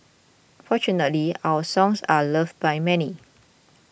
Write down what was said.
fortunately our songs are loved by many